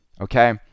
okay